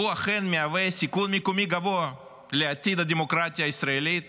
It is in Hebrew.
והוא אכן מהווה סיכון מקומי גבוה לעתיד הדמוקרטיה הישראלית